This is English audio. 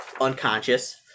unconscious